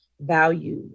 value